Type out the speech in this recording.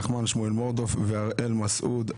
נחמן שמואל מורדוף והראל מסעוד,